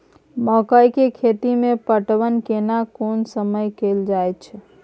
मकई के खेती मे पटवन केना कोन समय कैल जाय?